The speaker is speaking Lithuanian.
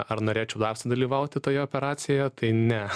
ar norėčiau dar sudalyvauti toje operacijoje tai ne